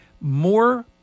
more